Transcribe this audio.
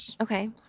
okay